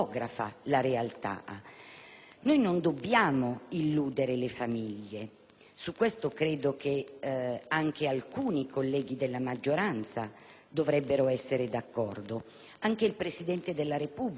Non dobbiamo illudere le famiglie. Su questo credo che anche alcuni colleghi della maggioranza dovrebbero essere d'accordo. Anche il presidente della Repubblica, Giorgio Napolitano, nel suo tradizionale